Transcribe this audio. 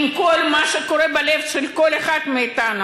עם כל מה שקורה בלב של כל אחד מאתנו,